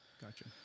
gotcha